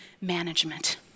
management